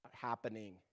happening